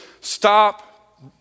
stop